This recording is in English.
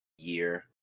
year